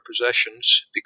possessions